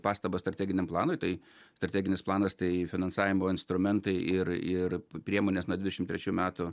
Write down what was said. pastabą strateginiam planui tai strateginis planas tai finansavimo instrumentai ir ir priemonės nuo dvidešim trečių metų